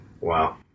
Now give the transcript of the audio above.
Wow